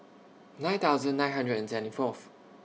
nine thousand nine hundred and seventy Fourth